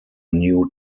new